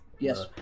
yes